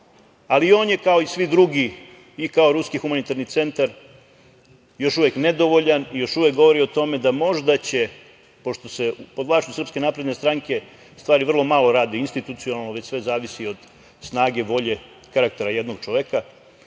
i on je kao i svi drugi, i kao Ruski humanitarni centar, još uvek nedovoljan, još uvek govori o tome da možda će, pošto se pod vlašću SNS stvari vrlo malo rade institucionalno, već sve zavisi od snage, volje, karaktera jednog čoveka,